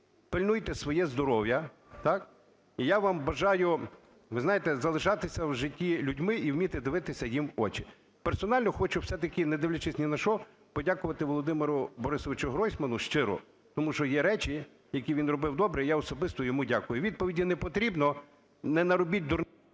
пильнуйте своє здоров'я. І я вам бажаю, ви знаєте, залишатися в житті людьми і вміти дивитися їм в очі. Персонально хочу все-таки, не дивлячись ні на що, подякувати Володимиру Борисовичу Гройсману щиро, тому що є речі, які він робив добре, і я особисто йому дякую. Відповіді не потрібно. Не наробіть …